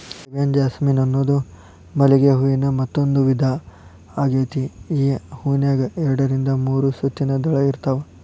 Arabian jasmine ಅನ್ನೋದು ಮಲ್ಲಿಗೆ ಹೂವಿನ ಮತ್ತಂದೂ ವಿಧಾ ಆಗೇತಿ, ಈ ಹೂನ್ಯಾಗ ಎರಡರಿಂದ ಮೂರು ಸುತ್ತಿನ ದಳ ಇರ್ತಾವ